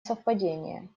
совпадение